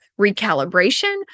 recalibration